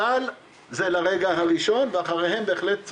אבל זה לרגע הראשון ואחריהם בהחלט,